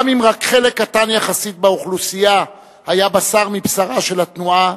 גם אם רק חלק קטן יחסית באוכלוסייה היה בשר מבשרה של התנועה,